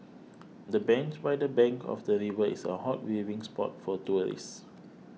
the bench by the bank of the river is a hot viewing spot for tourists